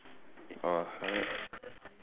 orh